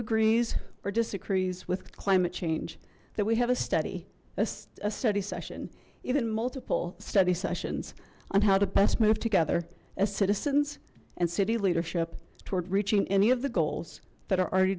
agrees or disagrees with climate change that we have a study a study session even multiple study sessions on how to best move together as citizens and city leadership toward reaching any of the goals that are already